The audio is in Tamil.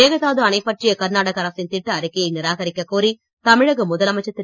மேகதாது அணை பற்றிய கர்நாடக அரசின் திட்ட அறிக்கையை நிராகரிக்கக் கோரி தமிழக முதலமைச்சர் திரு